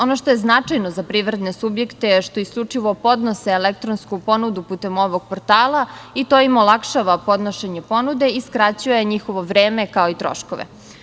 Ono što je značajno za privredne subjekte je što isključivo podnose elektronsku ponudu putem ovog portala i to im olakšava podnošenje ponude i skraćuje njihovo vreme, kao i troškove.